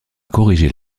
corriger